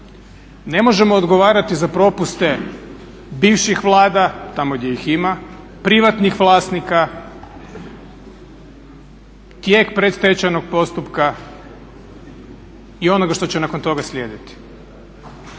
ne možemo odgovarati za propuste bivših Vlada tamo gdje ih ima, privatnih vlasnika, tijek predstečajnog postupka i onoga što će nakon toga slijediti.